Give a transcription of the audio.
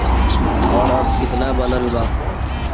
और अब कितना बनल बा?